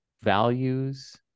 values